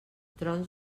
trons